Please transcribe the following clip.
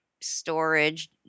storage